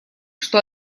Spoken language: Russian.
что